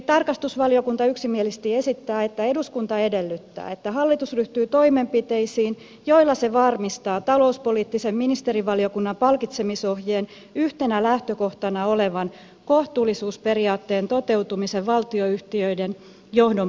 tarkastusvaliokunta yksimielisesti esittää että eduskunta edellyttää että hallitus ryhtyy toimenpiteisiin joilla se varmistaa talouspoliittisen ministerivaliokunnan palkitsemisohjeen yhtenä lähtökohtana olevan kohtuullisuusperiaatteen toteutumisen valtionyhtiöiden johdon palkitsemisessa